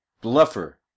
bluffer